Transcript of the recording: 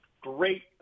Great